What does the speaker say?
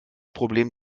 problem